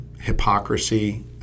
hypocrisy